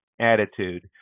attitude